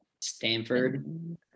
Stanford